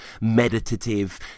meditative